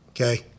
okay